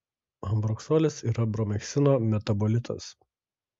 ambroksolis yra bromheksino metabolitas